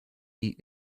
eat